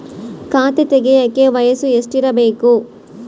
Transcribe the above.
ಖಾತೆ ತೆಗೆಯಕ ವಯಸ್ಸು ಎಷ್ಟಿರಬೇಕು?